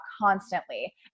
constantly